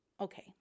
Okay